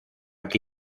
que